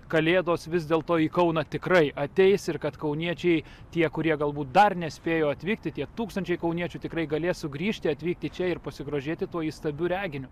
kalėdos vis dėlto į kauną tikrai ateis ir kad kauniečiai tie kurie galbūt dar nespėjo atvykti tie tūkstančiai kauniečių tikrai galės sugrįžti atvykti čia ir pasigrožėti tuo įstabiu reginiu